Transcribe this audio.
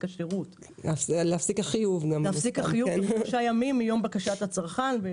החיוב תוך שלושה ימים מיום בקשת הצרכן.